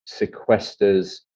sequesters